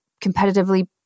competitively